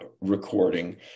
recording